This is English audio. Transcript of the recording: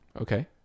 Okay